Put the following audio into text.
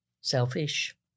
selfish